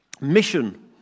mission